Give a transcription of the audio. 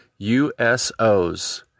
USOs